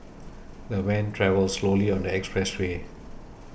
the van travelled slowly on the expressway